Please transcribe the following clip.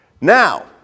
Now